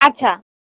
আচ্ছা